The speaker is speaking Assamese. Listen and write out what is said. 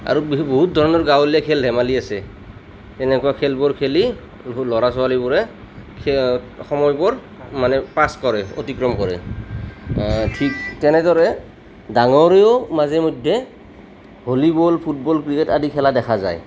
আৰু বিহু বহুত ধৰণৰ গাঁৱলীয়া খেল ধেমালি আছে তেনেকুৱা খেলবোৰ খেলি সৰু সৰু ল'ৰা ছোৱালীবোৰে সময়বোৰ মানে পাছ কৰে অতিক্ৰম কৰে ঠিক তেনেদৰে ডাঙৰেও মাজে মধ্যে ভলীবল ফুটবল ক্ৰিকেট আদি খেলা দেখা যায়